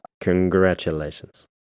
Congratulations